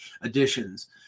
additions